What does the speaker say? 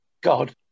God